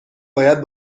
باید